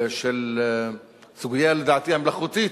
לדעתי המלאכותית,